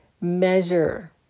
measure